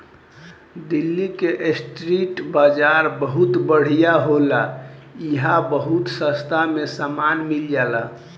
दिल्ली के स्ट्रीट बाजार बहुत बढ़िया होला इहां बहुत सास्ता में सामान मिल जाला